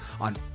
on